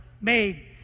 made